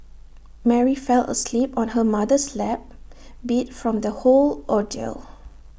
Mary fell asleep on her mother's lap beat from the whole ordeal